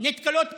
נתקלות בסירוב.